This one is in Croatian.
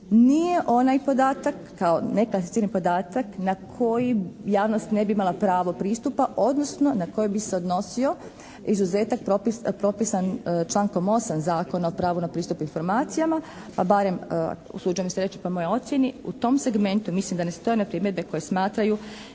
nije onaj podatak kao neklasificirani podatak na koji javnost ne bi imala pravo pristupa odnosno na koji bi se odnosio izuzetak propisan člankom 8. Zakona o pravu na pristup informacijama. Pa barem, usuđujem se reći po mojoj ocjeni u tom segmentu mislim da ne stoje one primjedbe koje smatraju